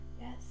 Yes